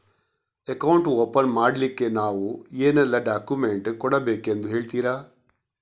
Account open ಮಾಡ್ಲಿಕ್ಕೆ ನಾವು ಏನೆಲ್ಲ ಡಾಕ್ಯುಮೆಂಟ್ ಕೊಡಬೇಕೆಂದು ಹೇಳ್ತಿರಾ?